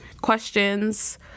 questions